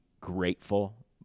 grateful